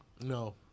No